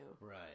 Right